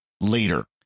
later